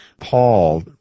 Paul